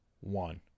one